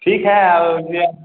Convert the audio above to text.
ठीक है